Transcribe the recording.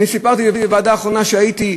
סיפרתי בישיבת הוועדה האחרונה שהייתי,